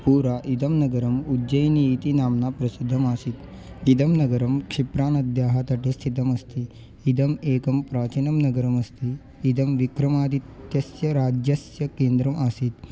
पुरा इदं नगरम् उज्जैनी इति नाम्ना प्रसिद्धम् आसीत् इदं नगरं क्षिप्रानद्याः तटे स्थितम् अस्ति इदम् एकं प्राचीनं नगरमस्ति इदं विक्रमादित्यस्य राज्यस्य केन्द्रम् आसीत्